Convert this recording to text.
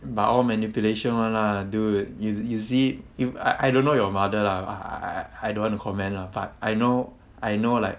but all manipulation [one] lah dude yo~ you see you I I don't know your mother lah i~ I don't want to comment lah but I know I know like